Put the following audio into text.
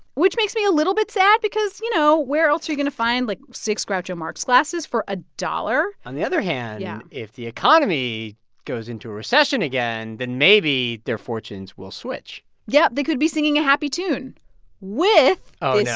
which makes me a little bit sad because, you know, where else are you going to find, like, six groucho marx glasses for a dollar? on the other hand. yeah if the economy goes into a recession again, then maybe their fortunes will switch yeah, they could be singing a happy tune with. oh, yeah